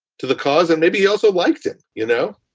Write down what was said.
to the cause, and maybe he also liked it. you know,